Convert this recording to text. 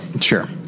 sure